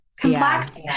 complex